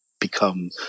become